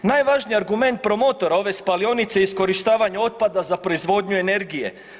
Najvažniji argument promotora ove spalionice je iskorištavanje otpada za proizvodnju energije.